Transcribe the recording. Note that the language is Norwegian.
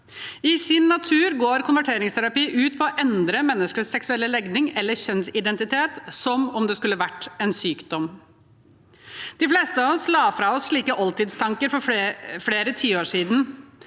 I sin natur går konverteringsterapi ut på å endre menneskers seksuelle legning eller kjønnsidentitet, som om det skulle være en sykdom. De fleste av oss la fra oss slike oldtidstanker for flere tiår siden.